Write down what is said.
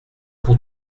pour